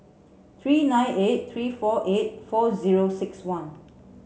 three nine eight three four eight four zero six one